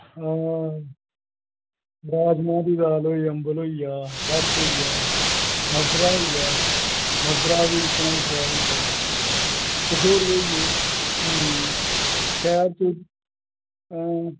आं दाल राजमांह् अम्बल होइया भत्त होइया मद्दरा होइया मद्दरा बी शैल होंदा अं शैल आं